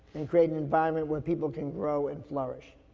and create an environment where people can grow and flourish.